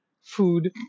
food